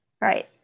Right